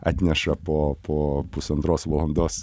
atneša po po pusantros valandos